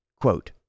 quote